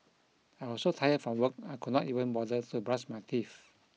I was so tired from work I could not even bother to brush my teeth